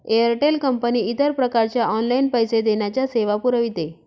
Airtel company इतर प्रकारच्या online पैसे देण्याच्या सेवा पुरविते